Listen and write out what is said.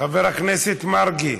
וחבר הכנסת מרגי.